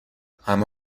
همه